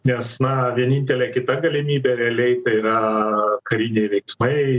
nes na vienintelė kita galimybė realiai tai yra kariniai veiksmai